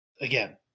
again